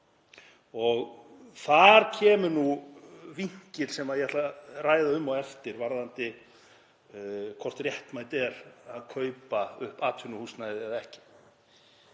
Þar kemur nú vinkill sem ég ætla að ræða um á eftir varðandi hvort réttmætt sé að kaupa upp atvinnuhúsnæði eða ekki.